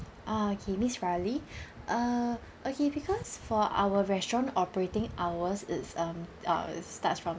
ah okay miss riley uh okay because for our restaurant operating hours it's um uh starts from